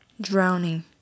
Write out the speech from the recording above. drowning